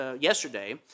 yesterday